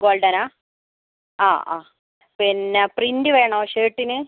golden ആണോ ആ ആ പിന്നെ പ്രിൻ്റ് വേണോ ഷർട്ടിന്